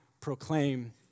proclaim